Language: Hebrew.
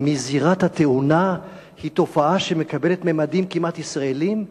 מזירת התאונה היא תופעה שמקבלת ממדים כמעט ישראליים.